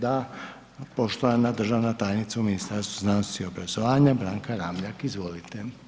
Da, poštovana državna tajnica u Ministarstvu znanosti i obrazovanja, Branka Ramljak, izvolite.